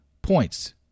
points